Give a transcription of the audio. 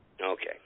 Okay